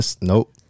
Nope